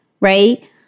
right